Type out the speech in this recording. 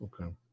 Okay